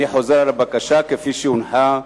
אני חוזר על הבקשה כפי שהונחה במליאה,